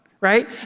right